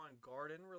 Garden